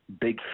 big